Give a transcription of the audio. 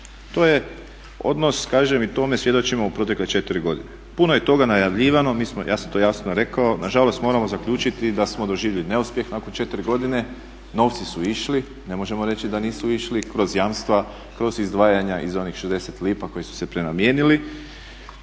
To je odnos kažem i tome svjedočimo u protekle 4 godine. Puno je toga najavljivano, ja sam to jasno rekao, nažalost moramo zaključiti da smo doživjeli neuspjeh nakon 4 godine, novci su išli, ne možemo reći da nisu išli kroz jamstva, kroz izdvajanja iz onih 60 lipa koji su se prenamijenili.